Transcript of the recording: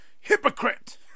Hypocrite